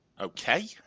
okay